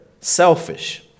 selfish